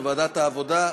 בוועדת העבודה,